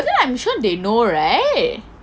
and I'm sure they know right